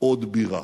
עוד בירה.